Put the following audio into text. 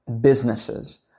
businesses